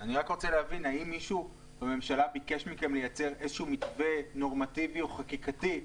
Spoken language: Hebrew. האם מישהו בממשלה ביקש מכם לייצר איזשהו מתווה נורמטיבי או חקיקתי,